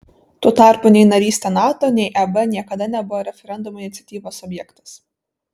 tuo tarpu nei narystė nato nei eb niekada nebuvo referendumų iniciatyvos objektas